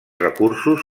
recursos